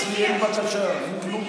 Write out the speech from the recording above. אצלי אין בקשה, אין כלום.